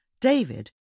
David